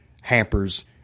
hampers